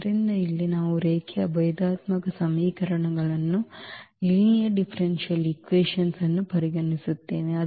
ಆದ್ದರಿಂದ ಇಲ್ಲಿ ನಾವು ರೇಖೀಯ ಭೇದಾತ್ಮಕ ಸಮೀಕರಣಗಳನ್ನು ಪರಿಗಣಿಸುತ್ತೇವೆ